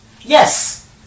Yes